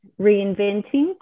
reinventing